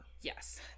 Yes